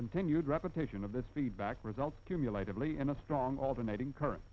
continued reputation of this feedback result cumulatively in a strong alternating current